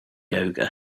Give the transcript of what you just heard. yoga